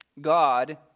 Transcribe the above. God